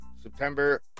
September